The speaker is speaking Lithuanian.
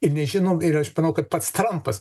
ir nežinom ir aš manau kad pats trampas